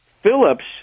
Phillips